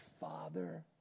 Father